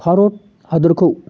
भारत हादरखौ